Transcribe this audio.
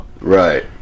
Right